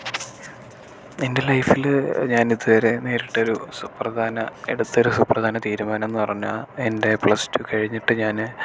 എൻ്റെ ലൈഫില് ഞാനിതുവരെ നേരിട്ടൊരു സുപ്രധാന എടുത്തൊരു സുപ്രധാന തീരുമാനം എന്ന് പറഞ്ഞാൽ എൻ്റെ പ്ലസ് ടു കഴിഞ്ഞിട്ട് ഞാൻ